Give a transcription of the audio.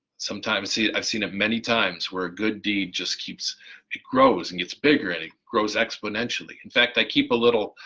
sometimes. i've seen it many times where a good deed just keeps it grows and gets bigger and it grows exponentially in fact i keep a little.